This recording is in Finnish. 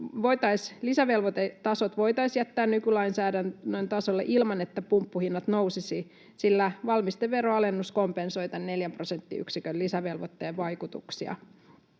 lisävelvoitetasot voitaisiin jättää nykylainsäädännön tasolle ilman, että pumppuhinnat nousisivat, sillä valmisteveroalennus kompensoi tämän neljän prosenttiyksikön lisävelvoitteen vaikutuksia.